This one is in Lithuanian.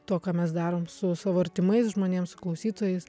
tuo ką mes darom su savo artimais žmonėm su klausytojais